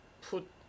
put